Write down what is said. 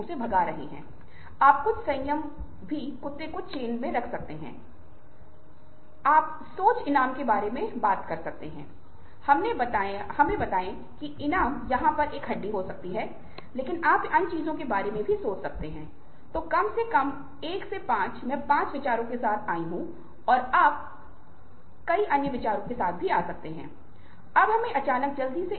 तो हो सकता है कि आप जानते हों कि हमारा मानवीय व्यवहार इतना जटिल है कि हम यह नहीं जानते हैं कि एक व्यक्ति किस तरह का मूड रखता है और कभी कभी व्यक्ति बहुत ही अजीब तरीके से व्यवहार करता है लेकिन हमें उस विशेष अंक पर इतना महत्व नहीं देना चाहिए क्योंकि हम पाते हैं कि अचानक व्यक्ति बदल गया है